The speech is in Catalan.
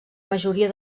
majoria